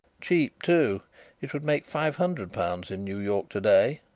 cheap, too it would make five hundred pounds in new york to-day.